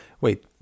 Wait